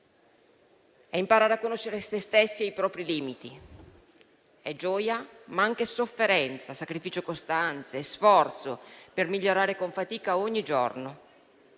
È imparare a conoscere se stessi e i propri limiti. È gioia, ma anche sofferenza, sacrificio costante e sforzo per migliorare con fatica ogni giorno.